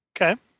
Okay